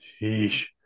Sheesh